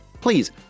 please